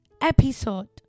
episode